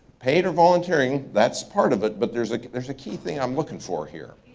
paid or volunteering, that's part of it but there's like there's a key thing i'm looking for here.